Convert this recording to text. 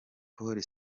pole